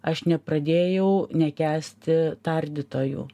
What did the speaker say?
aš nepradėjau nekęsti tardytojų